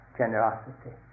generosity